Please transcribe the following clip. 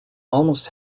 almost